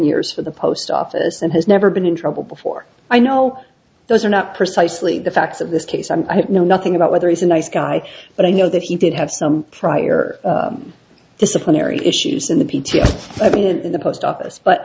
years for the post office and has never been in trouble before i know those are not precisely the facts of this case and i know nothing about whether he's a nice guy but i know that he did have some prior disciplinary issues in the p t o i've been in the post office but